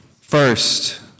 first